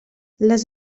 les